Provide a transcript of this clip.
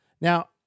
Now